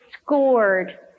scored